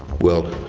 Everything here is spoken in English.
well,